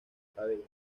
cabello